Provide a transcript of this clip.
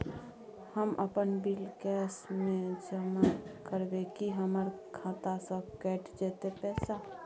हम अपन bill cash म जमा करबै की हमर खाता स कैट जेतै पैसा?